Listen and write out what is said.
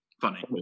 funny